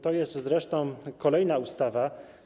To jest zresztą kolejna taka ustawa.